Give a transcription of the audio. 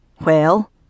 Well